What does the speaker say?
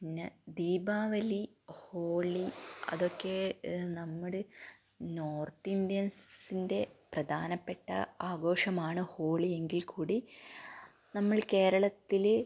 പിന്നെ ദീപാവലി ഹോളി അതൊക്കെ നമ്മൾ നോർത്ത് ഇന്ത്യൻസിൻ്റെ പ്രധാനപ്പെട്ട ആഘോഷമാണ് ഹോളി എങ്കിൽ കൂടി നമ്മൾ കേരളത്തിൽ